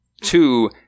two